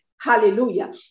hallelujah